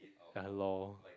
ya lor